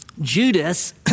Judas